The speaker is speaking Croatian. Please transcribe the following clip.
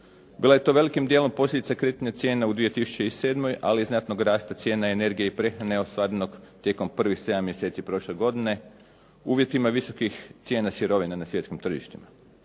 Bila je to velim dijelom posljedica kretanja cijena u 2007. ali znatnog rasta cijene energije i prehrane ostvarenog tijekom privih 7 mjeseci prošle godine uvjetima visokih cijena sirovine na svjetskim tržištima.